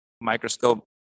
microscope